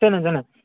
சரிண்ணே சரிண்ணே